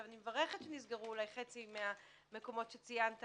אני מברכת שנסגרו חצי מהמקומות שציינת